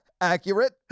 Accurate